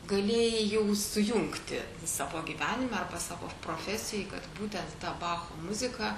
galėjai jau sujungti savo gyvenime arba savo profesijoj kad būtent ta bacho muzika